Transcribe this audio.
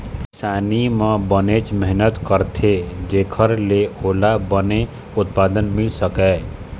किसानी म बनेच मेहनत करथे जेखर ले ओला बने उत्पादन मिल सकय